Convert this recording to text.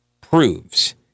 proves